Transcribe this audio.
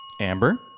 Amber